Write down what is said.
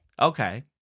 Okay